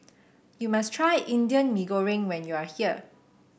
you must try Indian Mee Goreng when you are here